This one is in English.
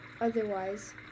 otherwise